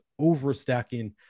overstacking